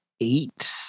eight